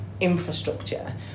infrastructure